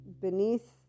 beneath